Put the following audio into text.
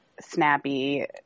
snappy